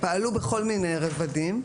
שפעלו בכל מיני רבדים,